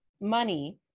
money